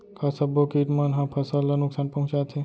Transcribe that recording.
का सब्बो किट मन ह फसल ला नुकसान पहुंचाथे?